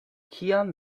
kiam